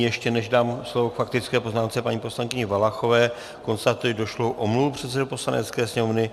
Ještě než dám slovo k faktické poznámce paní poslankyni Valachové, konstatuji omluvu došlou předsedovi Poslanecké sněmovny.